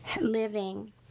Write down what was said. living